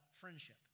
friendship